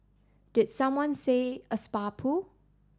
did someone say a spa pool